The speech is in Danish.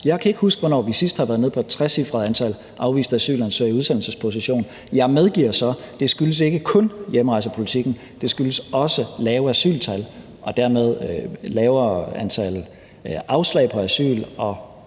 Jeg kan ikke huske, hvornår vi sidst har været nede på et trecifret antal afviste asylansøgere i udsendelsesposition. Jeg medgiver så, at det ikke kun skyldes hjemrejsepolitikken. Det skyldes også lave asyltal og dermed lavere antal afslag på asyl og